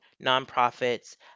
nonprofits